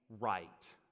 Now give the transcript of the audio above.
right